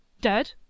Dead